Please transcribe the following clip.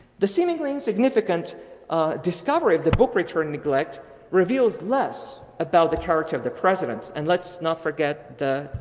the seemingly insignificant discovery of the book return neglect reveals less about the character of the president. and let's not forget the